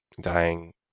dying